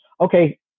okay